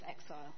exile